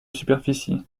superficie